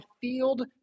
field